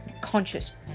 conscious